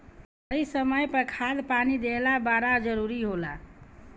सही समय पर खाद पानी देहल बड़ा जरूरी होला